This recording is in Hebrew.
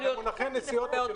במונחי נסיעות.